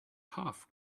half